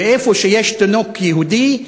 ואיפה שיש תינוק יהודי,